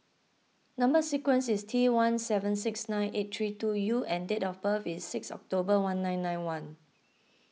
Number Sequence is T one seven six nine eight three two U and date of birth is six October one nine nine one